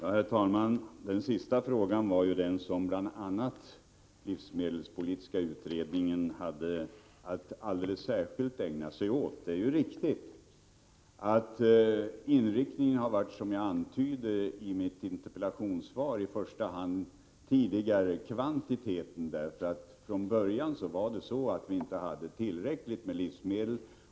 Herr talman! Inga Lantz sista fråga var den fråga som bl.a. livsmedelspolitiska utredningen hade att alldeles särskilt ägna sig åt. Det är sant att inriktningen, som jag antyder i mitt interpellationssvar, tidigare i första hand har varit kvantitet. Från början hade vi nämligen inte tillräckligt med livsmedel.